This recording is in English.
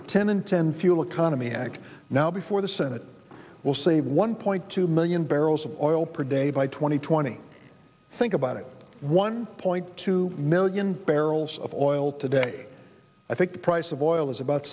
the ten in ten fuel economy act now before the senate will save one point two million barrels of oil per day by two thousand and twenty think about it one point two million barrels of oil today i think the price of oil is about